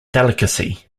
delicacy